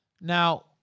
Now